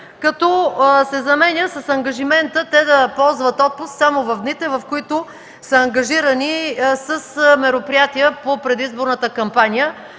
като се заменя с ангажимента да ползват отпуск само в дните, в които са ангажирани с мероприятия по предизборната кампания.